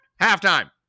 Halftime